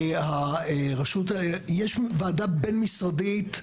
יש ועדה בין משרדית,